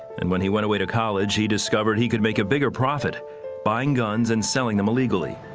and when he went away to college, he discovered he could make a bigger profit buying guns and selling them illegally.